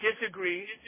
disagree